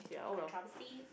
controversy